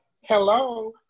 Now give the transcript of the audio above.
hello